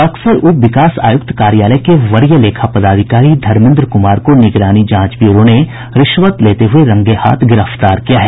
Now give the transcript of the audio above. बक्सर के उप विकास आयुक्त कार्यालय के वरीय लेखा पदाधिकारी धर्मेन्द्र कुमार को निगरानी जांच ब्यूरो ने रिश्वत लेते हुए रंगेहाथ गिरफ्तार किया है